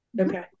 Okay